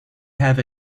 have